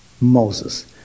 Moses